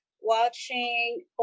watching